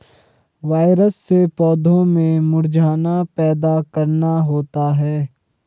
virus से पौधों में मुरझाना पैदा करना होता है